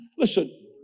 Listen